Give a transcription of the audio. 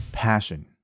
passion